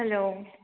hello